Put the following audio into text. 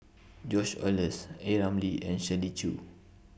George Oehlers A Ramli and Shirley Chew